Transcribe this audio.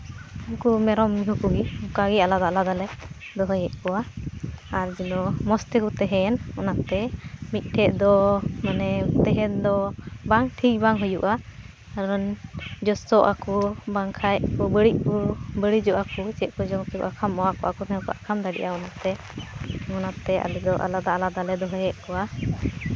ᱱᱩᱠᱩ ᱢᱮᱨᱚᱢ ᱢᱤᱦᱩ ᱠᱚᱜᱮ ᱱᱚᱝᱠᱟ ᱜᱮ ᱟᱞᱟᱫᱟ ᱟᱞᱟᱫᱟ ᱞᱮ ᱫᱚᱦᱚᱭᱮᱫ ᱠᱚᱣᱟ ᱟᱨ ᱡᱮᱱᱚ ᱢᱚᱡᱽ ᱛᱮᱠᱚ ᱛᱟᱦᱮᱭᱮᱱ ᱚᱱᱟᱛᱮ ᱢᱤᱫ ᱴᱷᱮᱡ ᱫᱚ ᱢᱟᱱᱮ ᱛᱟᱦᱮᱱ ᱫᱚ ᱵᱟᱝ ᱴᱷᱤᱠ ᱵᱟᱝ ᱦᱩᱭᱩᱜᱼᱟ ᱠᱟᱨᱚᱱ ᱡᱚᱥᱚᱜ ᱟᱠᱚ ᱵᱟᱝ ᱠᱷᱟᱡ ᱠᱚ ᱵᱟᱹᱲᱤᱡ ᱠᱚ ᱵᱟᱹᱲᱤᱡᱚᱜᱼᱟ ᱪᱮᱫ ᱠᱚ ᱡᱚᱢᱟ ᱠᱷᱟᱢᱚᱜ ᱟᱠᱚ ᱟᱠᱚ ᱛᱮᱦᱚᱸ ᱟᱠᱷᱚᱢ ᱫᱟᱲᱮᱭᱟᱼᱟ ᱚᱱᱟᱛᱮ ᱟᱞᱮ ᱫᱚ ᱟᱞᱟᱫᱟ ᱟᱯᱟᱫᱟ ᱞᱮ ᱫᱚᱦᱚᱭᱮᱫ ᱠᱚᱣᱟ